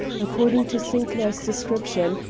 according to sinclair's description,